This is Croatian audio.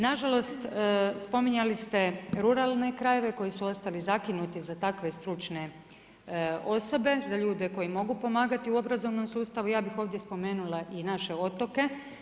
Nažalost, spominjali ste ruralne krajeve koji su ostali zakinuti za takve stručne osobe, za ljude koji mogu pomagati u obrazovnom sustavu, ja bih ovdje spomenula i naše otoke.